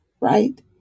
right